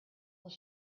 will